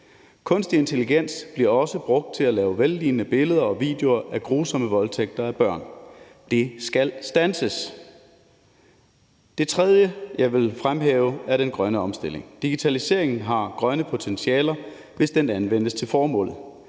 Kunstig intelligens bliver også brugt til at lave vellignende billeder og videoer af grusomme voldtægter af børn. Det skal standses. Det tredje, jeg vil fremhæve, er den grønne omstilling. Digitalisering har grønne potentialer, hvis den anvendes til formålet.